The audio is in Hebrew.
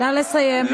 נא לסיים.